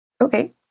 Okay